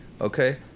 Okay